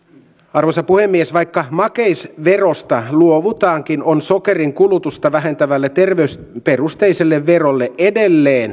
arvoisa puhemies vaikka makeisverosta luovutaankin on sokerin kulutusta vähentävälle terveysperusteiselle verolle edelleen